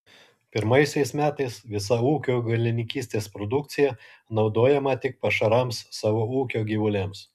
pirmaisiais metais visa ūkio augalininkystės produkcija naudojama tik pašarams savo ūkio gyvuliams